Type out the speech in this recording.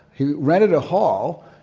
he rented a hall,